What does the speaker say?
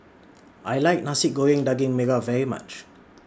I like Nasi Goreng Daging Merah very much